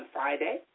Friday